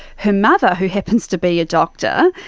her mother, who happens to be a doctor,